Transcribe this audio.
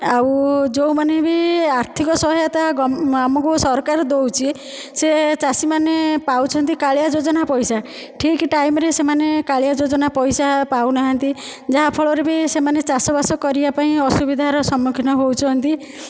ଆଉ ଯୋଉମାନେ ବି ଆର୍ଥିକ ସହାୟତା ଆମକୁ ସରକାର ଦେଉଛି ସେ ଚାଷୀମାନେ ପାଉଛନ୍ତି କାଳିଆ ଯୋଜନା ପଇସା ଠିକ୍ ଟାଇମ୍ରେ ସେମାନେ କାଳିଆ ଯୋଜନା ପଇସା ପାଉନାହାନ୍ତି ଯାହାଫଳରେ ବି ସେମାନେ ଚାଷବାସ କରିବାପାଇଁ ଅସୁବିଧାର ସମ୍ମୁଖୀନ ହେଉଛନ୍ତି